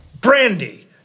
brandy